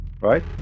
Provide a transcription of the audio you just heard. right